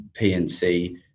PNC